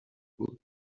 بود